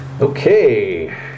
Okay